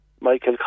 Michael